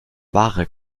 ware